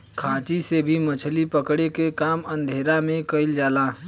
खांची से भी मछली पकड़े के काम अंधेरा में कईल जाला